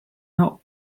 not